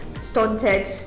stunted